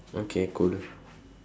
okay cool